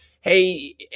hey